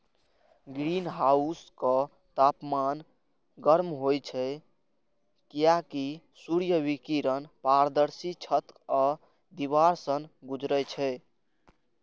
ग्रीनहाउसक तापमान गर्म होइ छै, कियैकि सूर्य विकिरण पारदर्शी छत आ दीवार सं गुजरै छै